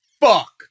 fuck